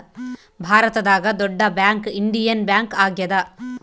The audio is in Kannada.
ಭಾರತದಾಗ ದೊಡ್ಡ ಬ್ಯಾಂಕ್ ಇಂಡಿಯನ್ ಬ್ಯಾಂಕ್ ಆಗ್ಯಾದ